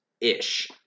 ish